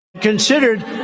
Considered